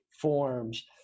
forms